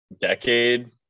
Decade